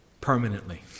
permanently